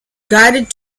guided